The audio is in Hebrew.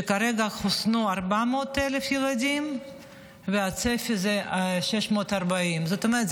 כרגע חוסנו 400,000 ילדים והצפי זה 640,000. זאת אומרת,